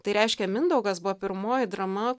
tai reiškia mindaugas buvo pirmoji drama